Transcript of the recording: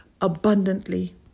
abundantly